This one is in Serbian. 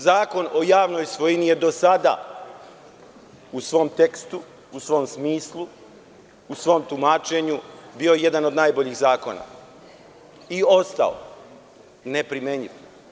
Zakon o javnoj svojini je, do sada u svom tekstu, u svom smislu, u svom tumačenju bio jedan od najboljih zakona i ostao neprimenjiv.